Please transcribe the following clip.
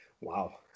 Wow